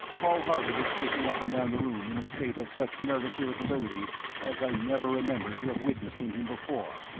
paul harley was pacing up and down the room in a state of such nervous irritability as i never remembered to have witnessed in him before.